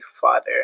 father